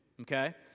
Okay